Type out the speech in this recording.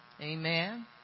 Amen